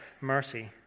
mercy